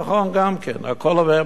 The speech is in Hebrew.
הכול עובר במכרז.